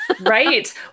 Right